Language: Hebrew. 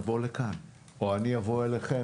נבוא לכאן או אני אבוא אליכם,